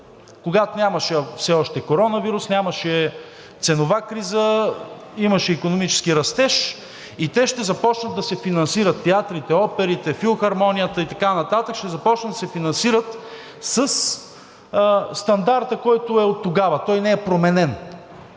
когато нямаше все още корона вирус, нямаше ценова криза, имаше икономически растеж, и те ще започнат да се финансират – театрите, оперите, филхармонията и така нататък, ще започнат да се финансират със стандарта, който е оттогава. Той не е променен.